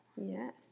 Yes